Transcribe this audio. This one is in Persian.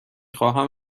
خواهم